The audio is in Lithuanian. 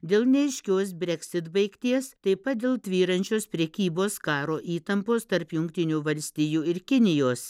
dėl neaiškios breksit baigties taip pat dėl tvyrančios prekybos karo įtampos tarp jungtinių valstijų ir kinijos